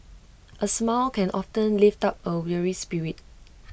A smile can often lift up A weary spirit